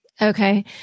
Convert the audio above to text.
Okay